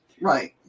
Right